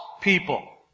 people